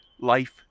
life